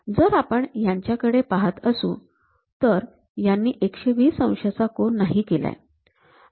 जर आपण यांच्याकडे यांच्याकडे पाहत असू तर यांनी १२० अंशाचा कोन नाही केला आहे